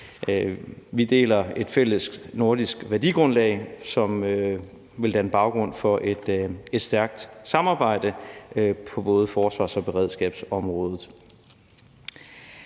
Vi deler et fælles nordisk værdigrundlag, som vil danne baggrund for et stærkt samarbejde på både forsvars- og beredskabsområdet.